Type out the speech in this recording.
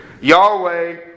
Yahweh